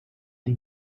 die